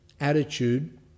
attitude